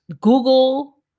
Google